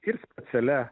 ir specialia